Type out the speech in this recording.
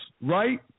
right